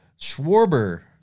Schwarber